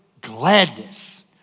gladness